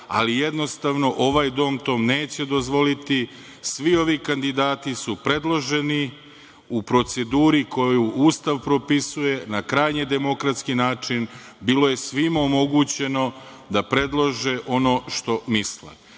ali jednostavno, ovaj dom to neće dozvoliti. Svi ovi kandidati su predloženi u proceduri koju Ustav propisuje, na krajnje demokratski način je bilo svima omogućeno da predlože ono što misle.